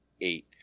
eight